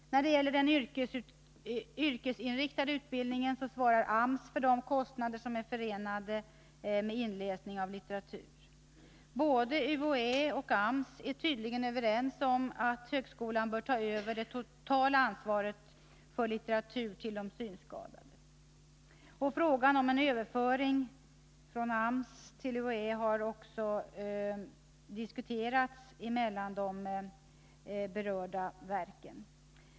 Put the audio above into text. När det gäller den yrkesinriktade utbildningen svarar AMS för de kostnader som är förenade med inläsning av litteratur. Både UHÄ och AMS är tydligen överens om att högskolan bör ta över det totala ansvaret för litteratur till de synskadade. Frågan om en överföring från AMS till UHÄ har också diskuterats mellan de berörda verken.